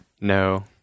No